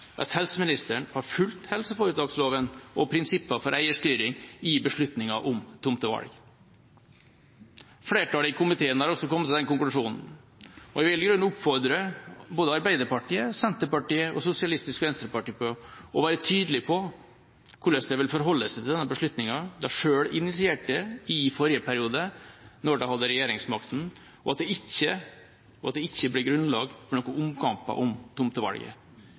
at helseministeren har fulgt helseforetaksloven og prinsippene for eierstyring i beslutningen om tomtevalg. Flertallet i komiteen har også kommet til den konklusjonen. Jeg vil i grunnen oppfordre Arbeiderpartiet, Senterpartiet og Sosialistisk Venstreparti om å være tydelige på hvordan de vil forholde seg til denne beslutningen de selv initierte i forrige periode, da de hadde regjeringsmakten, og at det ikke blir grunnlag for noen omkamp om tomtevalget. Det ville i tilfelle være svært skadelig for